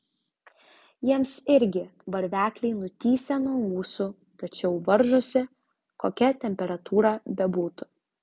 jiems irgi varvekliai nutįsę nuo ūsų tačiau varžosi kokia temperatūra bebūtų